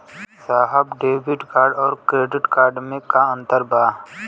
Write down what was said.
साहब debit card और credit card में का अंतर बा?